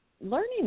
learning